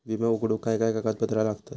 विमो उघडूक काय काय कागदपत्र लागतत?